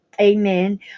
Amen